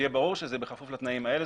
שיהיה ברור שזה בכפוף לתנאים האלה.